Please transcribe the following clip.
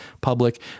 public